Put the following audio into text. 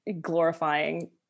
glorifying